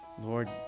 Lord